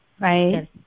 right